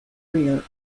career